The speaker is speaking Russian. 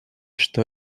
что